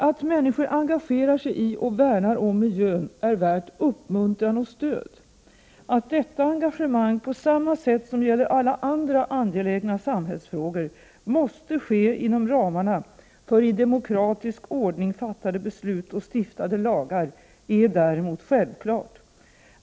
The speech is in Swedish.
Att människor engagerar sig i och värnar om miljö är värt uppmuntran och stöd. Att detta engagemang, på samma sätt som gäller alla andra angelägna samhällsfrågor, måste ske inom ramarna för i demokratisk ordning fattade beslut och stiftade lagar är däremot självklart.